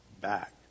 back